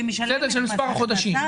מספר החודשים.